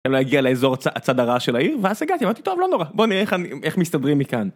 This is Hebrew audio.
אני לא אגיע לאזור הצד הרע של העיר ואז הגעתי אמרתי טוב לא נורא בוא נראה איך מסתדרים מכאן.